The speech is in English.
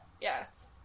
yes